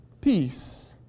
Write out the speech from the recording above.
peace